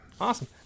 Awesome